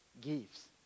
gives